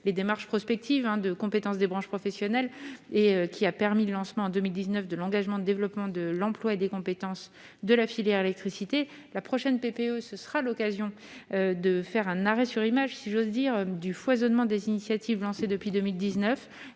les démarches prospectives hein de compétence des branches professionnelles et qui a permis le lancement en 2019 de l'engagement de développement de l'emploi et des compétences de la filière électricité la prochaine PPE ce sera l'occasion de faire un arrêt sur image, si j'ose dire du foisonnement des initiatives lancées depuis 2000